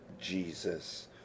jesus